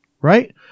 Right